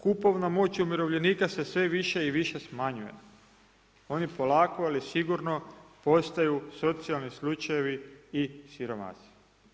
Kupovna moć umirovljenika se sve više i više smanjuje, oni polako, ali sigurno postaju socijalni slučajevi i siromasi.